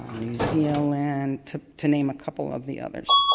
new zealand to to name a couple of the others.